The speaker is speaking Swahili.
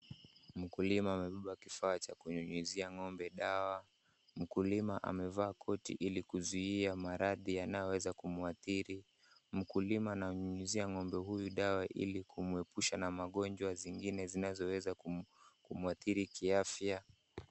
Mkulima amebeba kifaa cha kunyunyizia ng'ombe dawa. Mkulima amevaa koti ili kuzuia maradhi yanayoweza kumwadhiri. Mkuliwa ananyunyizia ng'ombe huyu dawa ili kumuepusha na magonjwa zingine zinazoweza kum, kumuadhiri kiafya.